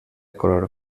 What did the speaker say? color